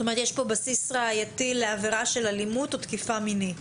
יש בסיס ראייתי לעבירה של אלימות או תקיפה מינית.